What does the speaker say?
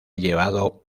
llevado